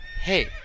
hey